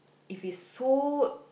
if it's so